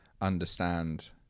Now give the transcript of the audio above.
understand